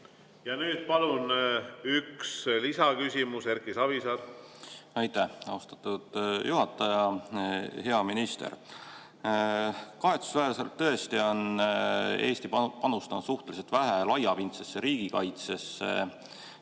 Ja nüüd palun üks lisaküsimus. Erki Savisaar. Aitäh, austatud juhataja! Hea minister! Kahetsusväärselt tõesti on Eesti panustanud suhteliselt vähe laiapindsesse riigikaitsesse